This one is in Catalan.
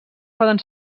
poden